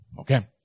Okay